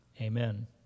Amen